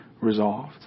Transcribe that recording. resolved